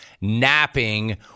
napping